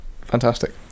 Fantastic